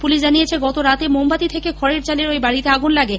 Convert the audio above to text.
police জানিয়েছে গতরাতে মামবাতি থেকে খড়ের চালের ঐ বাড়িতে আগুন লাগে